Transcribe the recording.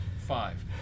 five